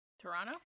Toronto